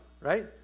right